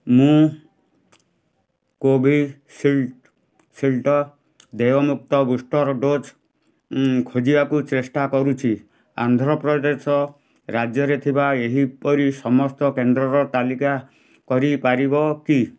ମୁଁ କୋଭିଶିଲ୍ଡ ଦେୟମୁକ୍ତ booster dose ଖୋଜିବାକୁ ଚେଷ୍ଟା କରୁଛି ଆନ୍ଧ୍ରପ୍ରଦେଶ ରାଜ୍ୟରେ ଥିବା ଏହିପରି ସମସ୍ତ କେନ୍ଦ୍ରର ତାଲିକା କରିପାରିବ କି